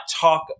talk